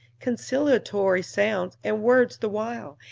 conciliatory sounds and words the while,